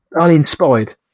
uninspired